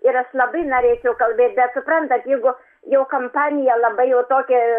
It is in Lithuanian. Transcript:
ir aš labai norėčiau kalbėt bet suprantat jeigu jo kampanija labai jau tokia